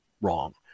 wrong